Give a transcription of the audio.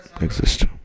exist